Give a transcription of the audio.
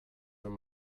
wenn